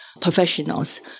professionals